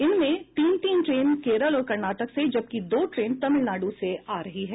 इनमें तीन तीन ट्रेन केरल और कर्नाटक से जबकि दो ट्रेन तमिलनाडु से आ रही हैं